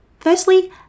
Firstly